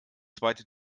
zweite